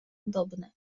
dobne